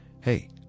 Hey